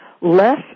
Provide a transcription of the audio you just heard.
less